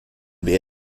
wir